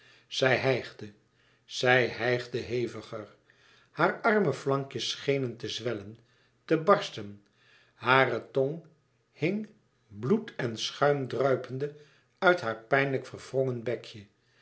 zij hijgde zij hijgde heviger haar arme flankjes schenen te zwellen te barsten hare tong hing bloed en schuimdruipende uit haar pijnlijk verwrongen bekje